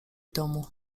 domu